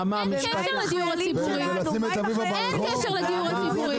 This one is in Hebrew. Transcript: אין קשר לדיור הציבורי.